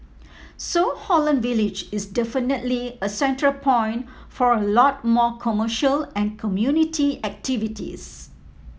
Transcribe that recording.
so Holland Village is definitely a central point for a lot more commercial and community activities